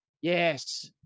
yes